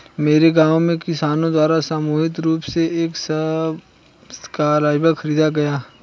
मेरे गांव में किसानो द्वारा सामूहिक रूप से एक सबसॉइलर खरीदा गया